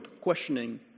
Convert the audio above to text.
questioning